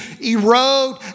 erode